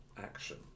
action